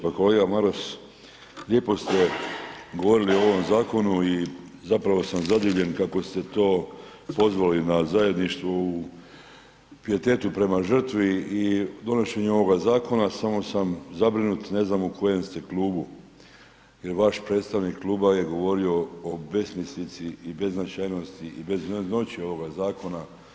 Pa kolega Maras lijepo ste govorili o ovom zakonu i zapravo sam zadivljen kako ste to pozvali na zajedništvo u pijetetu prema žrtvi i donošenju ovoga zakona samo sam zabrinut, ne znam u kojem ste klubu jer vaš predstavnik kluba je govorio o besmislici i beznačajnosti i bez … ovoga zakona.